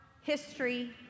history